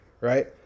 Right